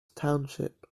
township